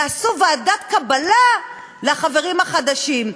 יעשו ועדת קבלה לחברים החדשים.